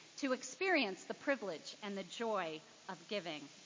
to experience the privilege and the joy of giving.